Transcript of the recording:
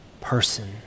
person